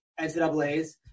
NCAAs